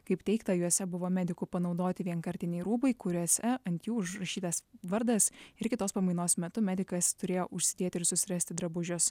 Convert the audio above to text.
kaip teigta juose buvo medikų panaudoti vienkartiniai rūbai kuriuose ant jų užrašytas vardas ir kitos pamainos metu medikas turėjo užsidėti ir susirasti drabužius